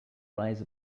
rise